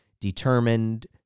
determined